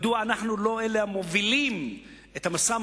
מדוע לא אנחנו אלה המובילים את המשא-ומתן